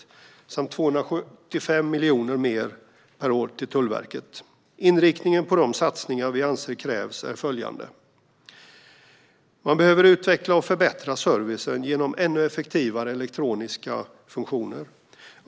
Vi har också budgeterat 275 miljoner mer per år till Tullverket än vad regeringen har gjort. Inriktningen på de satsningar som vi anser krävs är följande: Man behöver utveckla och förbättra servicen genom ännu effektivare elektroniska funktioner.